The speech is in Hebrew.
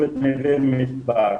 ונווה מדבר.